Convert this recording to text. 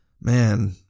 man